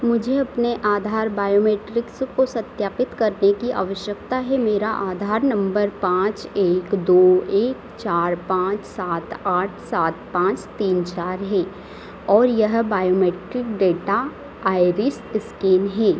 मुझे अपने आधार बायोमेट्रिक्स को सत्यापित करने की आवश्यकता है मेरा आधार नम्बर पाँच एक दो एक चार पाँच सात आठ सात पाँच तीन चार है और यह बायोमेट्रिक डेटा आइरिश एस्कैन है